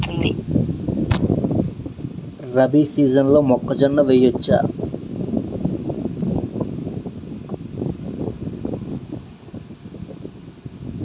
రబీ సీజన్లో మొక్కజొన్న వెయ్యచ్చా?